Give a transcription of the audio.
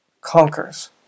conquers